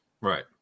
Right